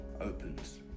opens